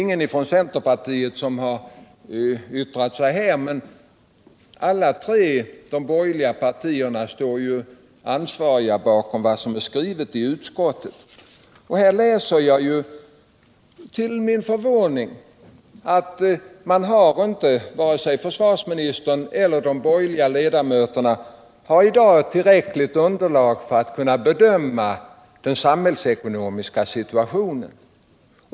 Ingen från centerpartiet har yttrat sig här i kammaren, men alla de tre borgerliga partierna är ju ansvariga för vad som står skrivet i utskottsbetänkandet. Där läser jag till min förvåning att varken försvarsministern eller de borgerliga ledmöterna i dag har ett tillräckligt underlag för att kunna bedöma den samhällsekonomiska situationen.